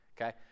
okay